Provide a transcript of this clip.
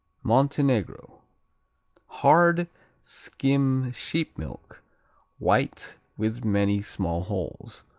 montenegro hard skim sheep milk white, with many small holes.